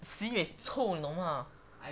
sibeh 臭你懂 mah